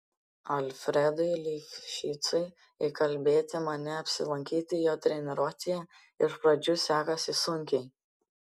alfredui lifšicui įkalbėti mane apsilankyti jo treniruotėje iš pradžių sekasi sunkiai